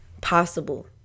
possible